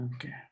Okay